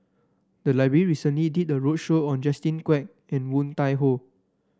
the library recently did a roadshow on Justin Quek and Woon Tai Ho